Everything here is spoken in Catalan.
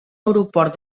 aeroport